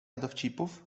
dowcipów